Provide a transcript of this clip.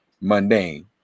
mundane